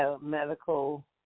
medical